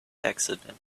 accident